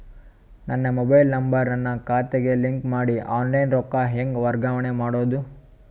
ನನ್ನ mobile number ನನ್ನ ಖಾತೆಗೆ ಲಿಂಕ್ ಮಾಡಿ ಆನ್ಲೈನ್ ರೊಕ್ಕ ಹೆಂಗ ವರ್ಗಾವಣೆ ಮಾಡೋದು?